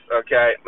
okay